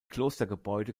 klostergebäude